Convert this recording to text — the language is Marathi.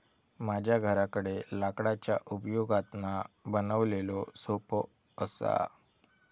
माझ्या घराकडे लाकडाच्या उपयोगातना बनवलेलो सोफो असा